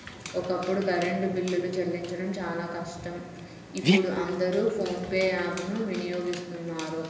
ఒకప్పుడు కరెంటు బిల్లులు చెల్లించడం చాలా కష్టం ఇప్పుడు అందరూ ఫోన్ పే యాప్ ను వినియోగిస్తున్నారు